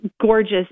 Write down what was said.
gorgeous